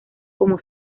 como